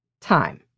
Time